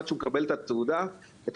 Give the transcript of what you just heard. עד שהוא מקבל את התעודה שלו,